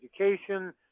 education